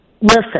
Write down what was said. Listen